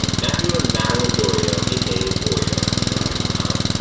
um matthew and madeline doreo, a k a. oreo, laugh out loud,